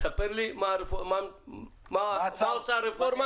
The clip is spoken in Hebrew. תספר לי מה עושה הרפורמה